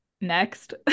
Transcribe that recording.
next